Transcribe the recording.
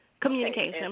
Communication